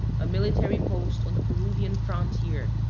a military post on the peruvian frontier,